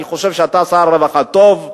אני חושב שאתה שר רווחה טוב,